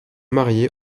mariés